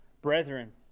Brethren